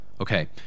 Okay